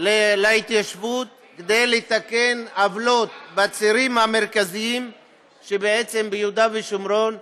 להתיישבות כדי לתקן עוולות בצירים המרכזיים שביהודה ושומרון,